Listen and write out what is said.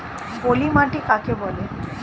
পলি মাটি কাকে বলে?